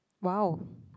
!wow!